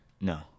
No